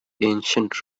ancient